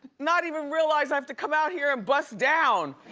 not even realize i have to come out here and bust down.